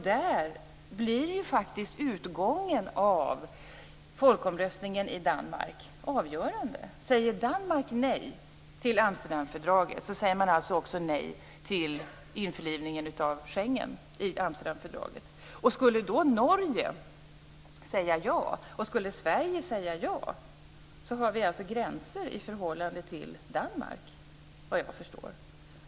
Där blir utgången av folkomröstningen i Danmark avgörande. Säger Danmark nej till Amsterdamfördraget, säger man också nej till införlivningen av Schengen i Amsterdamfördraget. Skulle då Norge och Sverige säga ja, har vi alltså gränser i förhållande till Danmark, vad jag förstår.